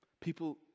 People